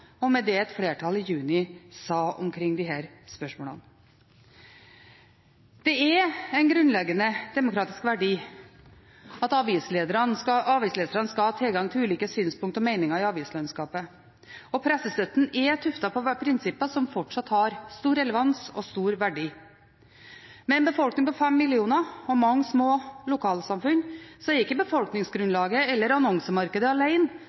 og med det et flertall i juni sa om disse spørsmålene. Det er en grunnleggende demokratisk verdi at avisleserne skal ha tilgang til ulike synspunkt og meninger i avislandskapet. Pressestøtten er tuftet på prinsipper som fortsatt har stor relevans og stor verdi. Med en befolkning på fem millioner og mange små lokalsamfunn er ikke befolkningsgrunnlaget eller annonsemarkedet